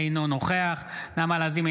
אינו נוכח נעמה לזימי,